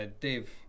Dave